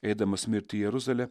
eidamas mirti į jeruzalę